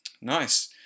Nice